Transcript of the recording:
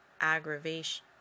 aggravation